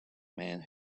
man